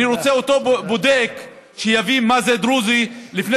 אני רוצה שאותו בודק יבין מה זה דרוזי לפני